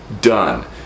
done